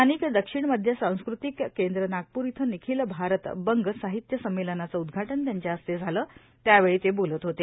स्थानिक दक्षिण मध्य सांस्कृतिक केंद्र ना पूर इथं निखील भारत बं साहित्य संमेलनाचं उद्घाटन त्यांच्या हस्ते झालं त्यावेळी ते बोलत होते